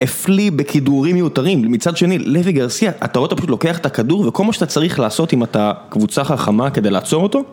אפלי בכידורים מיותרים, מצד שני לוי גרסיה אתה רואה אתה פשוט לוקח את הכדור וכל מה שאתה צריך לעשות אם אתה קבוצה חכמה כדי לעצור אותו